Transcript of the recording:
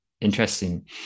interesting